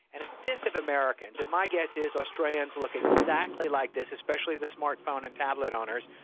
and a fifth of americans, and my guess is australians look exactly like this, especially the smart phone and tablet owners,